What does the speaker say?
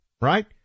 right